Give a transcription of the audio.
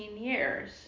years